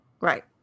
Right